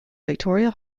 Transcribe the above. victoria